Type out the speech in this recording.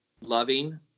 loving